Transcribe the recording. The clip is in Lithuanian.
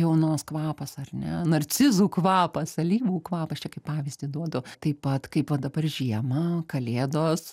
jaunos kvapas ar ne narcizų kvapas alyvų kvapas čia kaip pavyzdį duodu taip pat kaip va dabar žiemą kalėdos